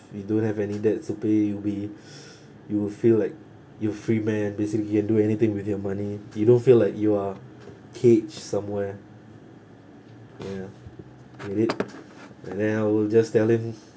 if you don't have any debts to pay you'll be you'll feel like you're a free man basically you can do anything with your money you don't feel like you are caged somewhere ya indeed and then I will just tell them